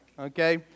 okay